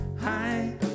hi